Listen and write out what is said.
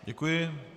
Děkuji.